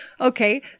okay